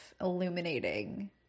illuminating